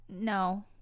No